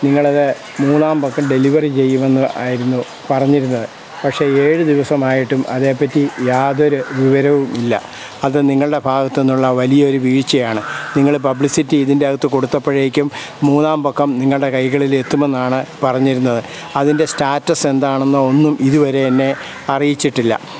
നിങ്ങളത് മൂന്നാം പക്കം ഡെലിവറി ചെയ്യുമെന്ന് ആയിരുന്നു പറഞ്ഞിരുന്നത് പക്ഷെ ഏഴ് ദിവസമായിട്ടും അതേപ്പറ്റി യാതൊരു വിവരവും ഇല്ല അത് നിങ്ങളുടെ ഭാഗത്ത് നിന്നുള്ള വലിയൊരു വീഴ്ചയാണ് നിങ്ങൾ പബ്ലിസിറ്റി ഇതിൻ്റെ അകത്ത് കൊടുത്തപ്പഴേക്കും മൂന്നാം പക്കം നിങ്ങളുടെ കൈകളിലെത്തുമെന്നാണ് പറഞ്ഞിരുന്നത് അതിൻ്റെ സ്റ്റാറ്റസ് എന്താണെന്നോ ഒന്നും ഇതുവരെ എന്നെ അറിയിച്ചിട്ടില്ല